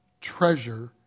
treasure